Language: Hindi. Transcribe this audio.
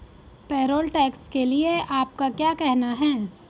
पेरोल टैक्स के लिए आपका क्या कहना है?